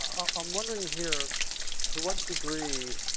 um i'm wondering here to what degree